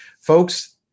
Folks